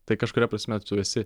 tai kažkuria prasme tu esi